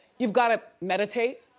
you've got to meditate.